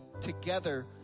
together